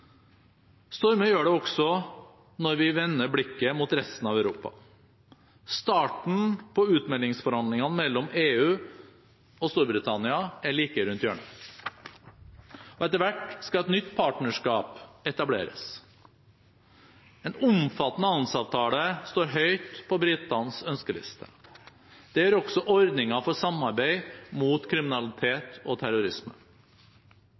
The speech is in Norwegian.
Stormer gjør det også når vi vender blikket mot resten av Europa. Starten på utmeldingsforhandlingene mellom EU og Storbritannia er like rundt hjørnet, og etter hvert skal et nytt partnerskap etableres. En omfattende handelsavtale står høyt på britenes ønskeliste. Det gjør også ordninger for samarbeid mot